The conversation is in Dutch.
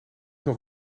nog